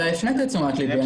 אתה הפנית את תשומת לבי.